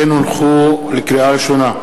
לקריאה ראשונה,